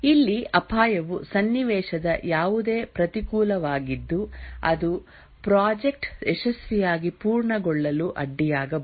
ಇಲ್ಲಿ ಅಪಾಯವು ಸನ್ನಿವೇಶದ ಯಾವುದೇ ಪ್ರತಿಕೂಲವಾಗಿದ್ದು ಅದು ಪ್ರಾಜೆಕ್ಟ್ ಯಶಸ್ವಿಯಾಗಿ ಪೂರ್ಣಗೊಳ್ಳಲು ಅಡ್ಡಿಯಾಗಬಹುದು